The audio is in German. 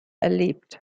erlebt